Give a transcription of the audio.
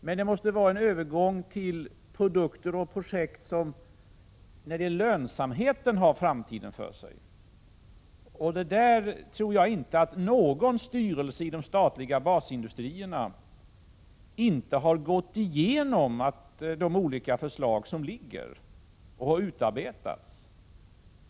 Men det måste vara en övergång till produkter och projekt som har framtiden för sig när det gäller lönsamheten, och det tror jag inte att någon styrelse i de statliga basindustrierna har försummat att gå igenom i de olika förslag som har utarbetats.